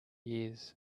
years